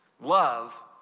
Love